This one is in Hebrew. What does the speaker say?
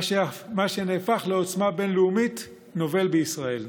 מה שנהפך לעוצמה בין-לאומית, נובל בישראל.